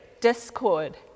discord